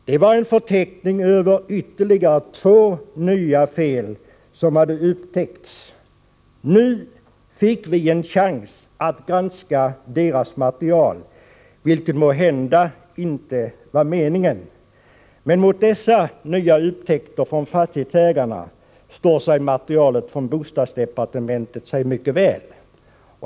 Det var en förteckning över ytterligare två nya fel som hade upptäckts. Nu fick vi en chans att granska deras material, vilket måhända inte var meningen. Mot dessa nya upptäckter från fastighetsägarna står sig emellertid materialet från bostadsdepartementet mycket väl.